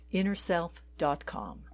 InnerSelf.com